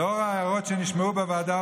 לאור ההערות שנשמעו בוועדה,